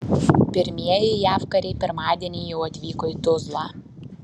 pirmieji jav kariai pirmadienį jau atvyko į tuzlą